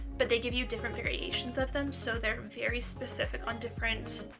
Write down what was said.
but they give you different variations of them so they're very specific on different